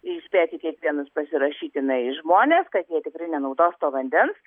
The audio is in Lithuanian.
įspėti kiekvienus pasirašytinai žmones kad jie tikrai nenaudos to vandens